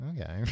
Okay